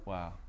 Wow